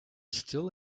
still